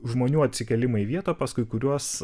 žmonių atsikėlimą į vietą paskui kuriuos